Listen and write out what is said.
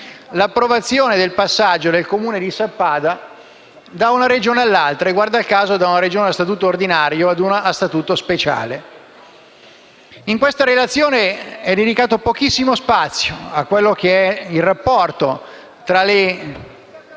l'approvazione del passaggio del Comune di Sappada da una Regione all'altra, e guarda caso da una Regione a Statuto ordinario a una a Statuto speciale. In questa relazione è dedicato pochissimo spazio al rapporto tra le